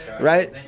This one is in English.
Right